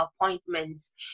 appointments